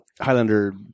highlander